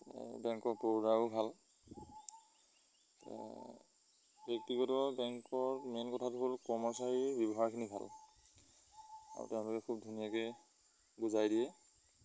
বেংকৰ পৰদাও ভাল ব্যক্তিগত বেংকৰ মেইন কথাটো হ'ল কৰ্মচাৰী ব্যৱহাৰখিনি ভাল আৰু তেওঁলোকে খুব ধুনীয়াকৈ বুজাই দিয়ে